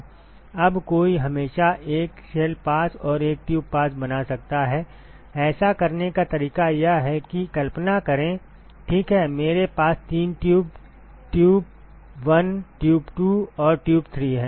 अब कोई हमेशा एक शेल पास और एक ट्यूब पास बना सकता है ऐसा करने का तरीका यह है कि कल्पना करें ठीक है मेरे पास तीन ट्यूब ट्यूब 1 ट्यूब 2 और ट्यूब 3 हैं